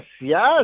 yes